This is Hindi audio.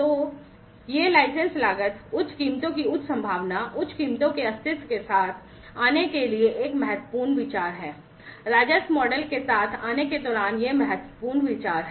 तो यह लाइसेंस लागत उच्च कीमतों की उच्च संभावना उच्च कीमतों के अस्तित्व के साथ आने के लिए एक महत्वपूर्ण विचार है राजस्व मॉडल के साथ आने के दौरान ये महत्वपूर्ण विचार हैं